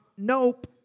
Nope